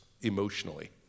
emotionally